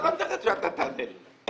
לא, אני לא צריך את תשובת הפאנל.